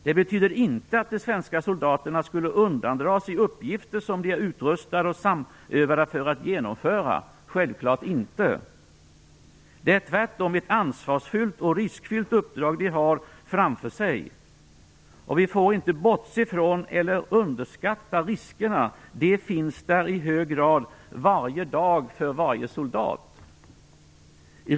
Det betyder inte att de svenska soldaterna skulle undandra sig uppgifter som de är utrustade och samövade för att genomföra - självklart inte! Det är tvärtom ett ansvarsfullt och riskfyllt uppdrag de har framför sig. Vi får inte bortse från eller underskatta riskerna. De finns där i hög grad - varje dag, för varje soldat.